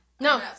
No